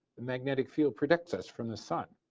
and the yeah like field protects us from the sun.